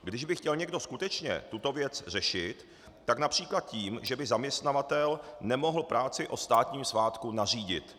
Kdyby chtěl někdo skutečně tuto věc řešit, tak např. tím, že by zaměstnavatel nemohl práci o státním svátku nařídit.